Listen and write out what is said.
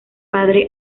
padre